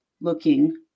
looking